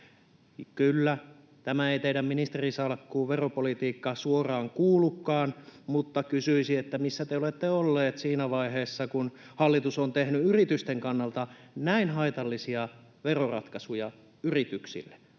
Kyllä, tämä ei teidän ministerisalkkuunne, veropolitiikka, suoraan kuulukaan, mutta kysyisin, missä te olette ollut siinä vaiheessa, kun hallitus on tehnyt yritysten kannalta näin haitallisia veroratkaisuja yrityksille.